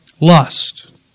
Lust